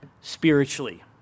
spiritually